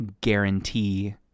guarantee